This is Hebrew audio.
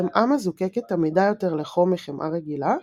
חמאה מזוקקת עמידה יותר לחום מחמאה רגילה,